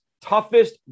toughest